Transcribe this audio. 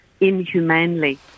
inhumanely